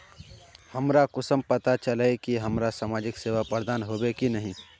हमरा कुंसम पता चला इ की हमरा समाजिक सेवा प्रदान होबे की नहीं?